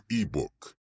ebook